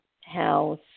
house